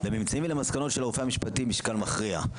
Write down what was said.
בממצאים מן המסקנות של הרופאו המשפטי משקל מכריע,